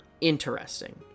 interesting